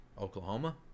Oklahoma